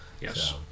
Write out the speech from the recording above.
yes